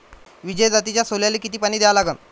विजय जातीच्या सोल्याले किती पानी द्या लागन?